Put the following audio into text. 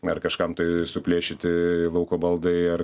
ar kažkam tai suplėšyti lauko baldai ar